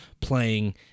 playing